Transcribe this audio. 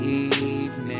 evening